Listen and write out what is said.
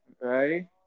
Right